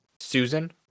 susan